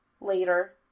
Later